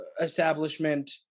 establishment